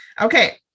Okay